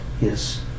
Yes